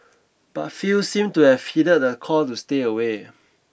but few seemed to have heeded the call to stay away